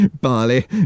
Barley